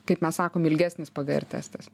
kaip mes sakom ilgesnis pgr testas